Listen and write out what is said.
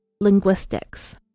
linguistics